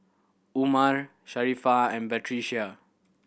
Umar Sharifah and Batrisya